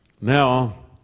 Now